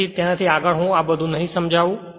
તેથી તેનાથી આગળ હું આ બધુ નહી સમજાવું